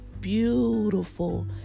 beautiful